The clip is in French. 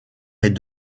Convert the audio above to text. est